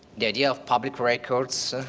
the idea of public records,